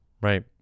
right